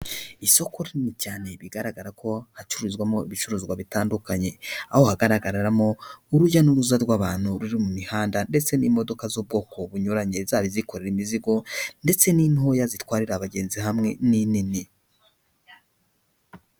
Isoko rinini cyane bigaragara ko hacuruzwamo ibicuruzwa bitandukanye, aho hagaragaramo urujya n'uruza rw'abantu ruri mu mihanda ndetse n'imodoka z'ubwoko bunyuranye zaba izikorera imizigo ndetse n'intoya zitwarira abagenzi hamwe n'inini.